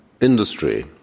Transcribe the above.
industry